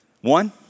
One